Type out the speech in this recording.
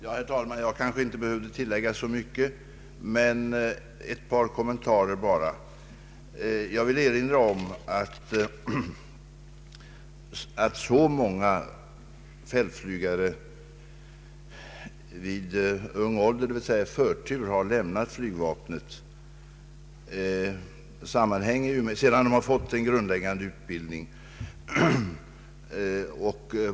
Herr talman! Jag behöver kanske inte tillägga så mycket. Ett par kommentarer bara. Jag vill erinra om att många fältflygare vid unga år, d.v.s. i förtid, har lämnat flygvapnet sedan de har fått en grundläggande utbildning.